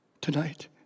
tonight